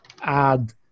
add